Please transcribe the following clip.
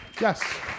Yes